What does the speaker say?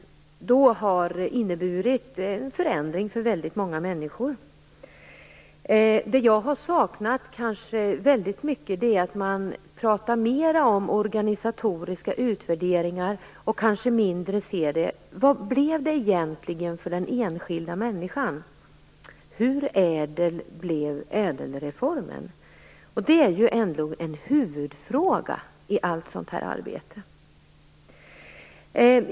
Den har inneburit en förändring för väldigt många människor. Det är väldigt mycket jag har saknat. Man har talat mer om organisatoriska utvärderingar och har kanske mindre sett till hur det blev för den enskilda människan. Hur ädel blev ädelreformen? Det är ändå en huvudfråga i allt sådant arbete.